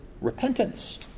repentance